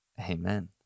Amen